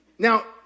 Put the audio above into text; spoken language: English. Now